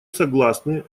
согласны